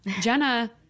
Jenna